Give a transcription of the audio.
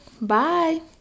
Bye